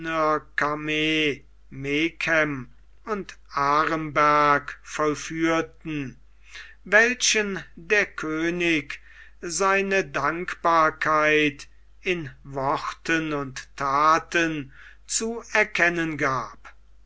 megen und aremberg vollführten welchen der könig seine dankbarkeit in worten und thaten zu erkennen gab